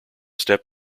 step